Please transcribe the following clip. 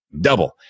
double